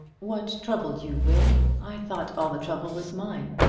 what troubled you, will? i thought all the trouble was mine.